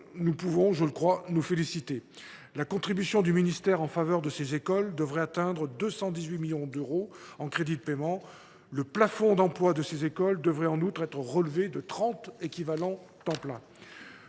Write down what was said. nous pouvons nous féliciter. La contribution du ministère en faveur de ces écoles devrait atteindre 218 millions d’euros en crédits de paiement. Leur plafond d’emplois devrait en outre être relevé de trente équivalents temps plein.